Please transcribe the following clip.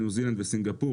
ניו זילנד וסינגפור,